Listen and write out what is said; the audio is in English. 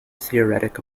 theoretic